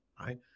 right